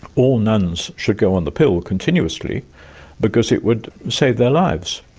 all nuns should go on the pill continuously because it would save their lives.